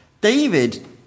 David